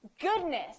goodness